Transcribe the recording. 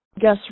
guess